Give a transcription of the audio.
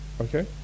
Okay